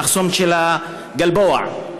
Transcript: במחסום גלבוע,